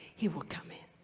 he will come in.